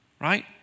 Right